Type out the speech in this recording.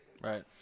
Right